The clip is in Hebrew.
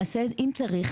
אז אם צריך,